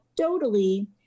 anecdotally